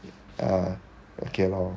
ah okay lor